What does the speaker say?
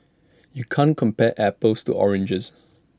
you can't compare apples to oranges